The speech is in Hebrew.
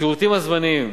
השירותים הזמניים: